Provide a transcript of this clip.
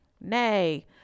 nay